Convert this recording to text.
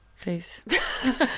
Face